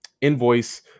Invoice